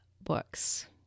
books